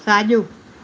साजो॒